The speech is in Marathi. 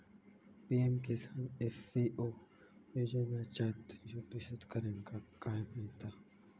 पी.एम किसान एफ.पी.ओ योजनाच्यात शेतकऱ्यांका काय मिळता?